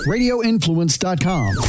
Radioinfluence.com